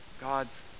God's